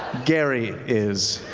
gary is.